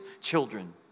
children